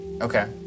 Okay